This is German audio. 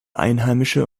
einheimische